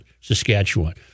Saskatchewan